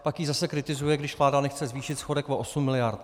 Pak ji zase kritizuje, když vláda nechce zvýšit schodek o 8 miliard.